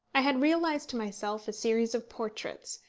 i had realised to myself a series of portraits,